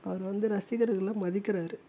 அவர் வந்து ரசிகர்களை மதிக்கிறார்